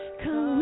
come